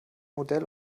modell